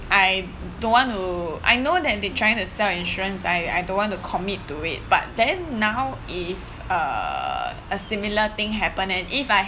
I don't want to I know that they trying to sell insurance I I don't want to commit to it but then now if uh a similar thing happen and if I